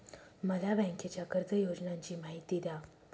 मला बँकेच्या कर्ज योजनांची माहिती द्या